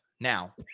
Now